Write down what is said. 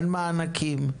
אין מענקים.